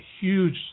huge